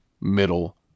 middle